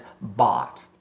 bought